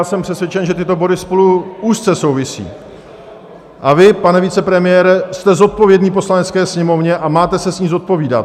Jsem přesvědčen, že tyto body spolu úzce souvisí, a vy, pane vicepremiére, jste zodpovědný Poslanecké sněmovně a máte se jí zodpovídat.